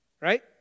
right